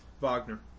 Wagner